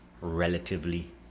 relatively